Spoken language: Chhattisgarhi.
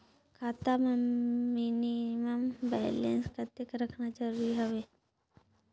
खाता मां मिनिमम बैलेंस कतेक रखना जरूरी हवय?